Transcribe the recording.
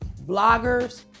bloggers